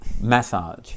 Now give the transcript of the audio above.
massage